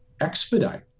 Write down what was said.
expedite